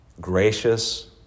gracious